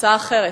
הצעה אחרת.